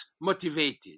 motivated